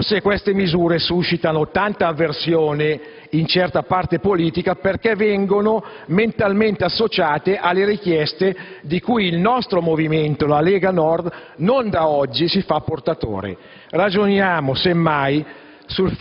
Forse queste misure suscitano tanta avversione in certa parte politica perché vengono mentalmente associate alle richieste di cui il nostro movimento, la Lega Nord, non da oggi, si fa portatore. Ragioniamo semmai